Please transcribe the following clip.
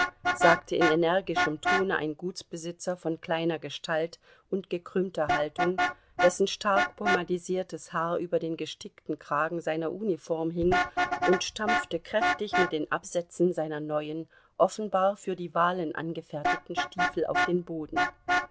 sagte in energischem tone ein gutsbesitzer von kleiner gestalt und gekrümmter haltung dessen stark pomadisiertes haar über den gestickten kragen seiner uniform hing und stampfte kräftig mit den absätzen seiner neuen offenbar für die wahlen angefertigten stiefel auf den boden